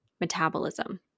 metabolism